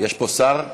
יש פה שר?